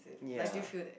ya